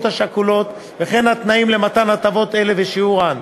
השכולות וכן התנאים למתן הטבות אלה ושיעורן.